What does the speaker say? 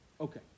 Okay